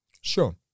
Sure